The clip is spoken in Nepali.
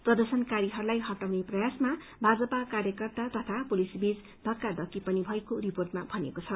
प्रदर्शनकारीहरूलाई हटाउने प्रयास गरिन्दा भाजपा कार्यकर्ता तथा पुलिसबीच घक्काथक्की पनि भएको रिपोर्टमा भनिएको छ